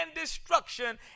destruction